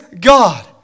God